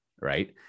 Right